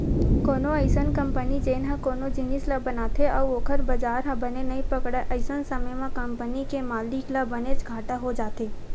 कोनो अइसन कंपनी जेन ह कोनो जिनिस ल बनाथे अउ ओखर बजार ह बने नइ पकड़य अइसन समे म कंपनी के मालिक ल बनेच घाटा हो जाथे